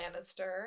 Lannister